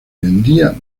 vendía